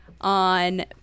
on